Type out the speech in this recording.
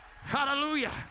Hallelujah